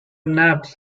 nabbed